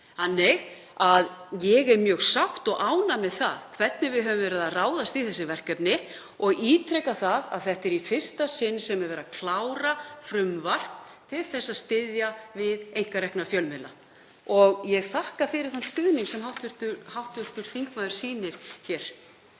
Þannig að ég er mjög sátt og ánægð með það hvernig við höfum ráðist í þessi verkefni og ítreka að þetta er í fyrsta sinn sem er verið að klára frumvarp til þess að styðja við einkarekna fjölmiðla. Ég þakka fyrir þann stuðning sem hv. þingmaður sýnir hér.